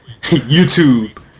youtube